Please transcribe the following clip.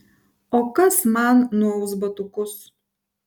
o kas man nuaus batukus